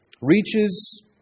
reaches